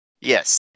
Yes